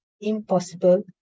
impossible